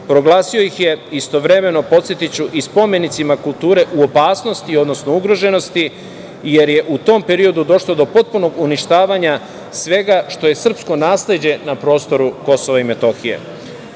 proglasio ih je istovremeno, podsetiću, i spomenicima kulture u opasnosti, odnosno ugroženosti, jer je u tom periodu došlo do potpunog uništavanja svega što je srpsko nasleđe na prostoru KiM.Ne